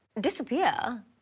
Disappear